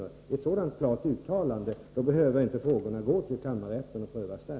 Om riksdagen gör ett sådant klart uttalande behöver inte ärendena gå till kammarrätten och prövas där.